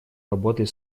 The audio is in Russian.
работой